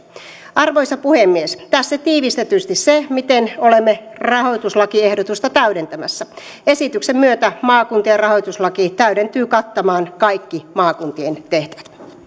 arvoisa puhemies tässä tiivistetysti se miten olemme rahoituslakiehdotusta täydentämässä esityksen myötä maakuntien rahoituslaki täydentyy kattamaan kaikki maakuntien